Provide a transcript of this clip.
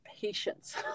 patience